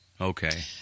Okay